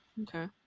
okay